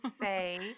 say